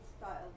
style